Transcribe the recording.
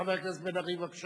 חבר הכנסת מיכאל בן-ארי, בבקשה.